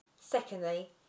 secondly